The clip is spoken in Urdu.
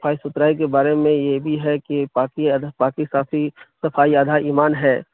صفائی ستھرائی کے بارے میں یہ بھی ہے کہ پاکی آدھا پاکی کافی صفائی آدھا ایمان ہے